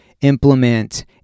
implement